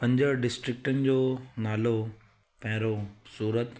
पंज डिस्ट्रिकटनि जो नालो पहिरों सूरत